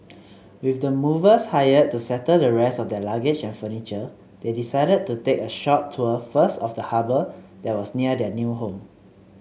with the movers hired to settle the rest of their luggage and furniture they decided to take a short tour first of the harbour that was near their new home